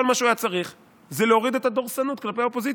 כל מה שהוא היה צריך זה להוריד את הדורסנות כלפי האופוזיציה.